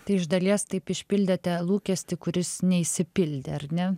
tai iš dalies taip išpildėte lūkestį kuris neišsipildė ar ne